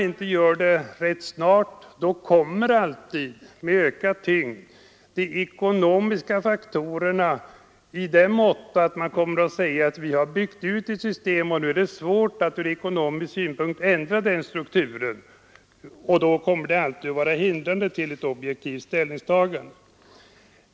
Om inte det sker rätt snart, kommer de ekonomiska faktorerna att göra sig gällande med alltmer ökad styrka. Man kommer då att hänvisa till att man har byggt ut ett system, som det av ekonomiska skäl är svårt att ändra på. Detta skulle verka hindrande för ett objektivt ställningstagande.